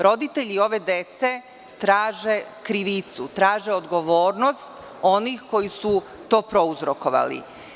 Roditelji ove dece traže krivicu, traže odgovornost onih koji su to prouzrokovali.